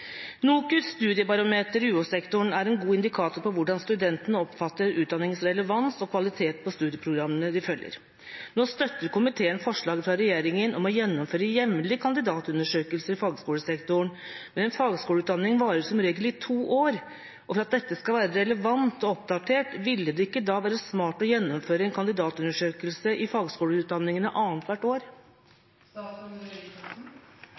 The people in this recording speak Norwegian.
studiebarometer i UH-sektoren er en god indikator på hvordan studentene oppfatter utdanningens relevans og kvalitet på studieprogrammene de følger. Nå støtter komiteen forslaget fra regjeringa om å gjennomføre jevnlige kandidatundersøkelser i fagskolesektoren, men en fagskoleutdanning varer som regel i to år, og for at dette skal være relevant og oppdatert, ville det ikke da være smart å gjennomføre en kandidatundersøkelse i fagskoleutdanningene